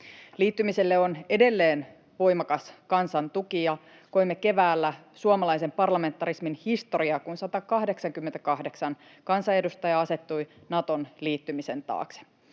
Liittymiselle on edelleen voimakas kansan tuki, ja koimme keväällä suomalaisen parlamentarismin historiaa, kun 188 kansanedustajaa asettui Naton liittymisen taakse.